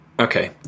Okay